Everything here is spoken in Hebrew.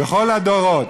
בכל הדורות.